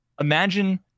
Imagine